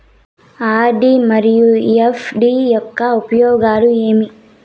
RD మరియు FD యొక్క ఉపయోగాలు ఏమి?